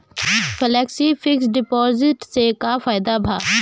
Flexi fix deposit से का फायदा भा?